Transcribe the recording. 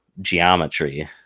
geometry